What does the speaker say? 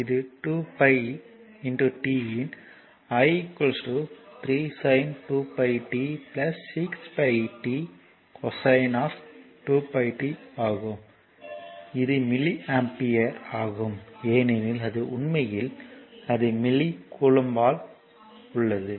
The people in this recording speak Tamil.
இது 2π t இன் i 3 sin 6 pi t cosine of 2π t ஆகும் இது மில்லி ஆம்பியர் ஆகும் ஏனெனில் அது உண்மையில் அது மில்லி கூலம்பில் உள்ளது